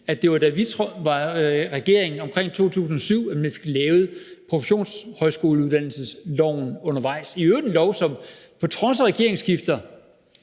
at det var, da vi var i regering omkring 2007, at man undervejs fik lavet professionshøjskoleuddannelsesloven. Det er i øvrigt en lov, som på trods af regeringsskift